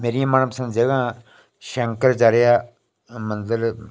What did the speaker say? मेरियां मनपसंद जगह शंकराचार्य मंदिर